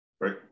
Right